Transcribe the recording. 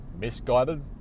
misguided